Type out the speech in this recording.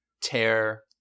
tear